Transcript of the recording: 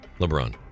LeBron